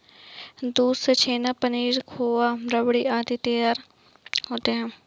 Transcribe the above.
दूध से छेना, पनीर, खोआ, रबड़ी आदि उत्पाद तैयार होते हैं